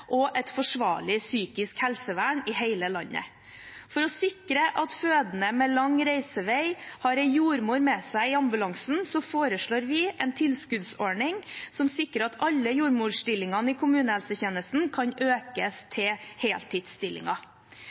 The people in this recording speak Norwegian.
og et forsvarlig psykisk helsevern i hele landet. For å sikre at fødende med lang reisevei har en jordmor med seg i ambulansen, foreslår vi en tilskuddsordning som sikrer at alle jordmorstillingene i kommunehelsetjenesten kan økes til heltidsstillinger.